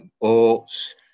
oats